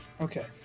Okay